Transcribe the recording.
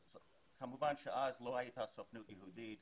כמובן שאז לא הייתה סוכנות יהודית,